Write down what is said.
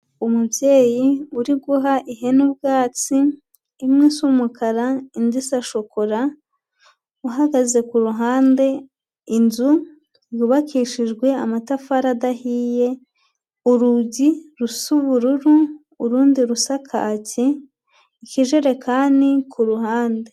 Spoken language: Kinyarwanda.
Umubyeyi uri guha ihene ubwatsi, imwe isa umukara, indi isa shokora, uhagaze ku ruhande, inzu yubakishijwe amatafari adahiye, urugi rusa ubururu, urundi rusa kaki, ikijerekani ku ruhande.